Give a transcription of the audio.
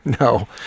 no